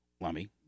Lummy